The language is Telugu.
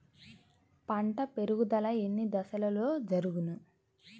పంట పెరుగుదల ఎన్ని దశలలో జరుగును?